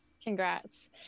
Congrats